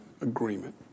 agreement